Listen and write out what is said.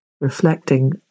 reflecting